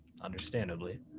understandably